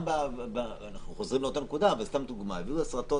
אנחנו חוזרים לאותה נקודה, אבל סתם דוגמה, הפגנה.